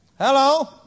Hello